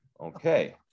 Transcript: Okay